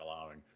allowing